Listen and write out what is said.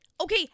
Okay